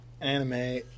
anime